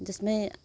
जसमा